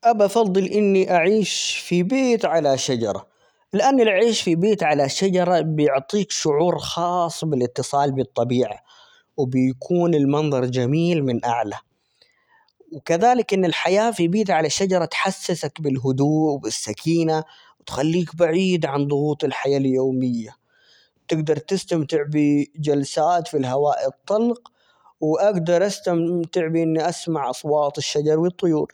أبَى أُفَضِّل إني أعيش في بيت على شجرة؛ لأن العيش في بيت على شجرة بيُعطيك شعور خاص بالاتصال بالطبيعة، وبيكون المنظر جميلً من أعلى، وكذلك، إن الحياة في بيت على شجرة تحسسك بالهدوء وبالسكينة و بتخليك بعيد عن ضغوط الحياة اليومية ،تجدر تستمتع بجلسات في الهواء الطلج و أجدر أستمتع بإني أسمع أصوات الشجر و الطيور.